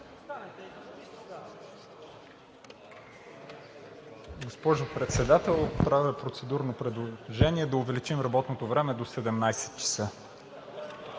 Госпожо Председател, правя процедурно предложение да увеличим работното време до 17,00 ч.